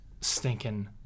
stinking